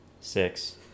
Six